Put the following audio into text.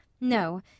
No